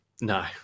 No